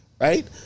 Right